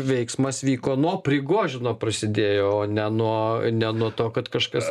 veiksmas vyko nuo prigožino prasidėjo o ne nuo ne nuo to kad kažkas